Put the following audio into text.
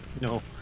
No